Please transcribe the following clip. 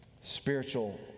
spiritual